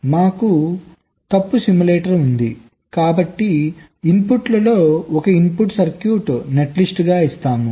మాకు తప్పు సిమ్యులేటర్ ఉంది కాబట్టి ఇన్పుట్లలో ఒక ఇన్పుట్ సర్క్యూట్ నెట్లిస్ట్ గా ఇస్తాము